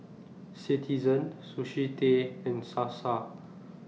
Citizen Sushi Tei and Sasa